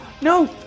no